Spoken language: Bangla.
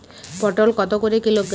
পটল কত করে কিলোগ্রাম?